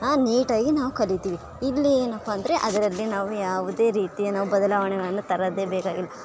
ನಾ ನೀಟಾಗಿ ನಾವು ಕಲೀತಿವಿ ಇಲ್ಲಿ ಏನಪ್ಪ ಅಂದರೆ ಅದರಲ್ಲಿ ನಾವು ಯಾವುದೇ ರೀತಿಯ ನಾವು ಬದಲಾವಣೆಗಳನ್ನು ತರದೇ ಬೇಕಾಗಿಲ್ಲ